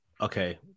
okay